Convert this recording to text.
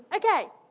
okay.